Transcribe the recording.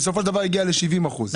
בסופו של דבר הגיעו לשבעים אחוזים.